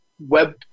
web